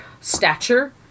stature